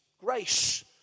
grace